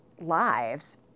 lives